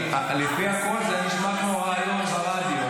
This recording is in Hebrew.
לפי הקול זה היה נשמע כמו ריאיון ברדיו,